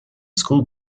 school